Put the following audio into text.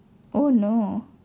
oh no